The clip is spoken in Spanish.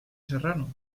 serrano